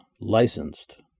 Licensed